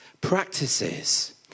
practices